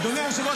אדוני היושב-ראש,